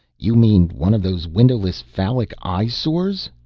you mean one of those windowless phallic eyesores?